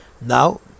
Now